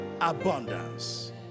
abundance